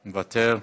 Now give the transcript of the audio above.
מוותר,